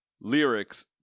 lyrics